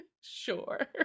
Sure